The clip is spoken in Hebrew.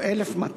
או 1,200